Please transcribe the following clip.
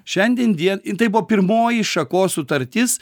šiandien die tai buvo pirmoji šakos sutartis